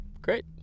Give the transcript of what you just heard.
great